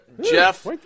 Jeff